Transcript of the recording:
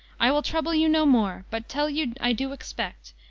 i will trouble you no more, but tell you i do expect,